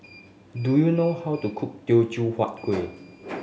do you know how to cook Teochew Huat Kueh